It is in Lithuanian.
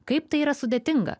kaip tai yra sudėtinga